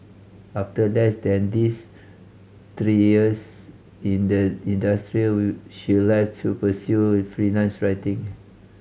after less than these three years in the industry will she left to pursue freelance writing